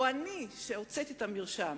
או אני, שהוצאתי את המרשם?